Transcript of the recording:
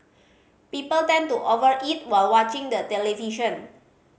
people tend to over eat while watching the television